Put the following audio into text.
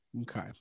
Okay